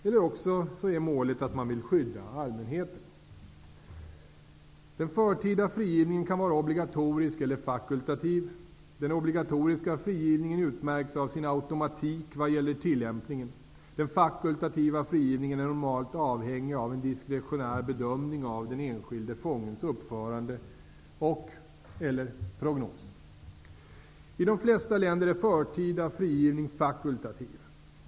Eller också är målet att man vill skydda allmänheten. Den förtida frigivningen kan vara obligatorisk eller fakultativ. Den obligatoriska frigivningen utmärks av sin automatik vad gäller tillämpningen. Den fakultativa frigivningen är normalt avhängig av en diskretionär bedömning av den enskilde fångens uppförande och/eller prognos. I de flesta länder är förtida frigivning fakultativ.